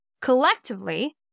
collectively